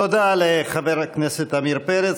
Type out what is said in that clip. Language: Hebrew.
תודה לחבר הכנסת עמיר פרץ.